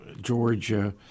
Georgia